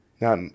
now